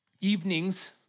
evenings